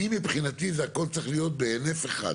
אני מבחינתי זה הכול צריך להיות בהינף אחד.